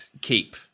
keep